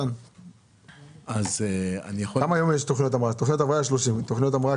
יש 30 תכניות הבראה.